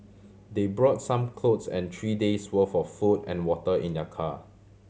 they brought some clothes and three days' worth of food and water in their car